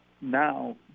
now